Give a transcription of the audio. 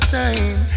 time